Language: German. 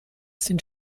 sind